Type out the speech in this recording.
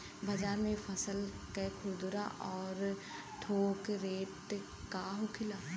बाजार में फसल के खुदरा और थोक रेट का होखेला?